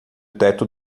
teto